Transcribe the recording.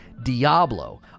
diablo